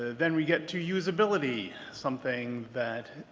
ah then we get to usability. something that